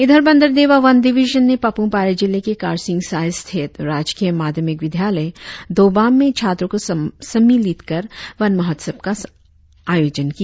इधर बंदरदेवा वन डिविजन ने पापुम पारे जिले के कारसिंगसा स्थित राजकीय माध्यमिक विद्यालय दोबाम में छात्रो को सम्मिलित कर वन महोत्सव का आयोजन किया